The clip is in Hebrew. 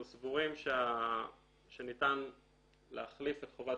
אנחנו סבורים שניתן להחליף את חובת